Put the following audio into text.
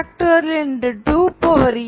n 2k